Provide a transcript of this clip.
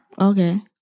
Okay